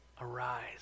Arise